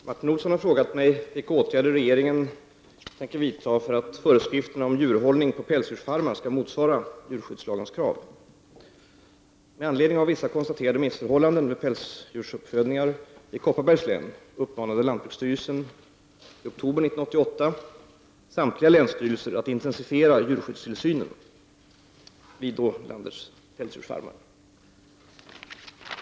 Herr talman! Martin Olsson har frågat mig vilka åtgärder regeringen avser att vidta för att föreskrifterna om djurhållning på pälsdjursfarmar skall motsvara djurskyddslagens behov. Med anledning av vissa konstaterade missförhållanden vid pälsdjursuppfödningar i Kopparbergs län uppmanade lantbruksstyrelsen i oktober 1988 samtliga länsstyrelser att intensifiera djurskyddstillsynen vid landets pälsdjursfarmar.